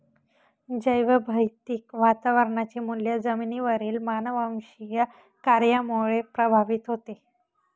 जैवभौतिक वातावरणाचे मूल्य जमिनीवरील मानववंशीय कार्यामुळे प्रभावित होते